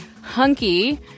hunky